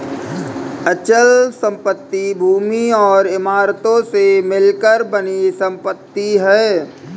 अचल संपत्ति भूमि और इमारतों से मिलकर बनी संपत्ति है